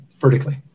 vertically